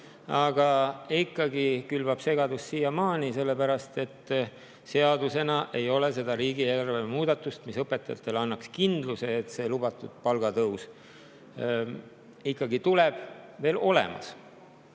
Aga see külvab segadust siiamaani, sellepärast et seadusena ei ole riigieelarve muudatust, mis õpetajatele annaks kindluse, et see lubatud palgatõus ikkagi tuleb, veel olemas.